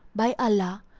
by allah,